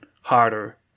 harder